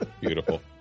Beautiful